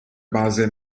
base